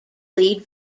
lead